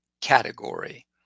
category